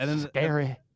Scary